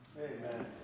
Amen